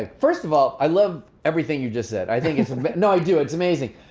ah first of all i love everything you just said. i think it's a no i do, it's amazing.